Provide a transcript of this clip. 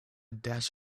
dash